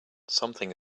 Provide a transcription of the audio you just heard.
something